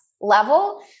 level